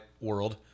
world